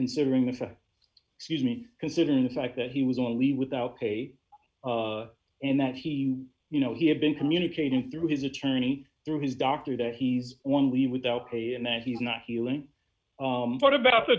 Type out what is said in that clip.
considering the student considering the fact that he was on leave without pay and that he you know he had been communicating through his attorney through his doctor that he's on leave without pay and that he's not feeling what about the